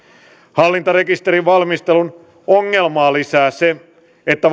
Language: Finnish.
hallintarekisterin valmistelun ongelmia lisää se että